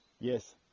Yes